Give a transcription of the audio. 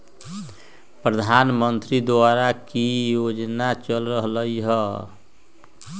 प्रधानमंत्री द्वारा की की योजना चल रहलई ह?